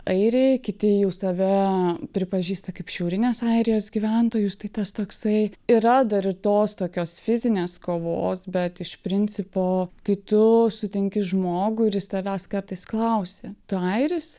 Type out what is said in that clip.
airiai kiti jau save pripažįsta kaip šiaurinės airijos gyventojus tai tas toksai yra dar ir tos tokios fizinės kovos bet iš principo kai tu sutinki žmogų ir jis tavęs kartais klausia tu airis